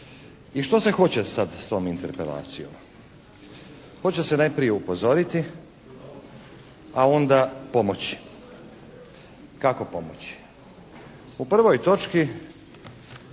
I što se hoće sada sa tom Interpelacijom? Hoće se najprije upozoriti a onda pomoći. Kako pomoći? U prvoj točki